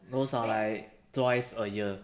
those are like twice a year